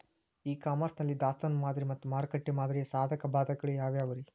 E commerce ನಲ್ಲಿ ದಾಸ್ತಾನು ಮಾದರಿ ಮತ್ತ ಮಾರುಕಟ್ಟೆ ಮಾದರಿಯ ಸಾಧಕ ಬಾಧಕಗಳ ಯಾವವುರೇ?